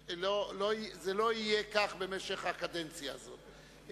זה לא יהיה כך במשך הקדנציה הזאת.